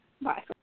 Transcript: Bye